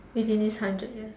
within this hundred years